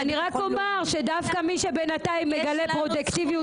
אז אני רק אומר שדווקא מי שבינתיים מגלה פרודוקטיביות